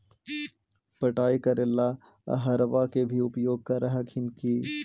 पटाय करे ला अहर्बा के भी उपयोग कर हखिन की?